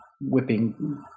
whipping